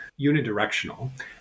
unidirectional